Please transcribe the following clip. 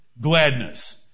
gladness